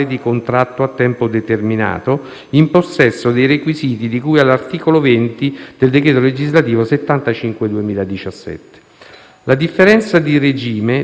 all'articolo 20 del decreto legislativo n. 75 del 2017. La differenza di regime deriva dal differente modo di finanziamento delle linee di ricerca,